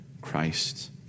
Christ